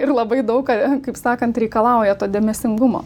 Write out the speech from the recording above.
ir labai daug kaip sakant reikalauja to dėmesingumo